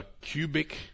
cubic